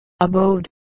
abode